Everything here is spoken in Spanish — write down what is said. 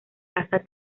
casa